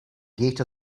gate